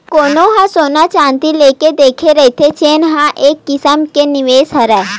कोनो ह सोना चाँदी लेके रखे रहिथे जेन ह एक किसम के निवेस हरय